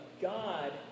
God